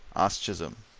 asked chisholm.